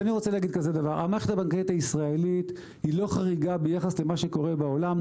המערכת הבנקאית הישראלית לא חריגה ביחס למה שקורה בעולם.